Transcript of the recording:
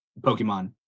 Pokemon